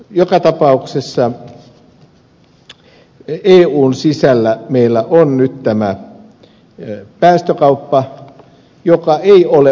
joka tapauksessa eun sisällä meillä on nyt tämä päästökauppa joka ei ole ongelma